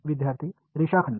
विद्यार्थीः रेषाखंड